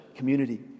Community